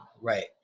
right